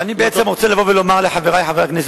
ואני בעצם רוצה לבוא ולומר לחברי חברי הכנסת,